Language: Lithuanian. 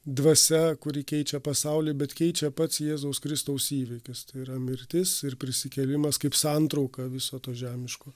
dvasia kuri keičia pasaulį bet keičia pats jėzaus kristaus įvykis tai yra mirtis ir prisikėlimas kaip santrauka viso to žemiško